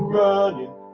running